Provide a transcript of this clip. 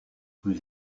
vous